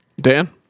Dan